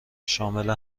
شامل